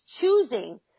choosing